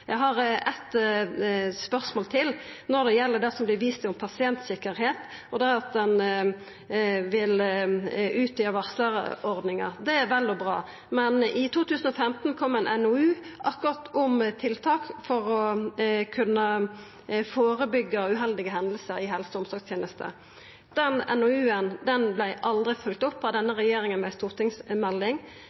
Eg har eit spørsmål til når det gjeld det som vert vist til om pasienttryggleik, at ein vil utvida varslarordninga. Det er vel og bra. Men i 2015 kom ein NOU om tiltak for å kunna førebyggja uheldige hendingar i helse- og omsorgstenesta. Den NOU-en vart aldri følgd opp med ei stortingsmelding frå denne regjeringa.